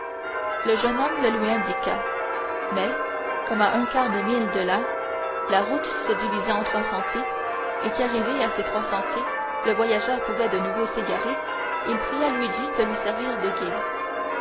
le jeune homme le lui indiqua mais comme à un quart de mille de là la route se divisait en trois sentiers et qu'arrivé à ces trois sentiers le voyageur pouvait de nouveau s'égarer il pria luigi de lui servir de guide